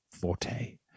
forte